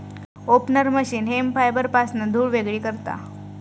opener machine hemp फायबरपासना धुळ वेगळी करता